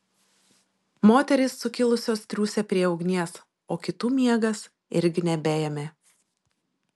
moterys sukilusios triūsė prie ugnies o kitų miegas irgi nebeėmė